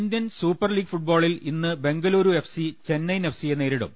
Indian super league ഫുട്ബോളിൽ ഇന്ന് Bengaluru F C Chennaiyin F സിയെ നേരിടും